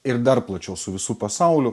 ir dar plačiau su visu pasauliu